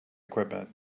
equipment